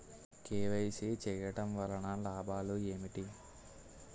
KYC చేయటం వలన లాభాలు ఏమిటి?